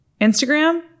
Instagram